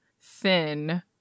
thin